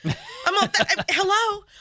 Hello